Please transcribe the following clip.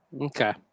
Okay